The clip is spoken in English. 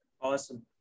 Awesome